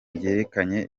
byerekeranye